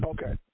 Okay